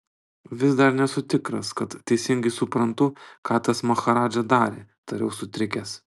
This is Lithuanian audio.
vis dar nesu tikras kad teisingai suprantu ką tas maharadža darė tariau sutrikęs